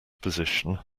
position